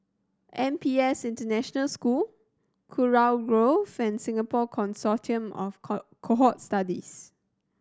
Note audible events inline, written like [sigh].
N P S International School Kurau Grove and Singapore Consortium of [unintelligible] Cohort Studies